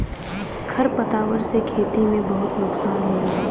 खर पतवार से खेती में बहुत नुकसान होला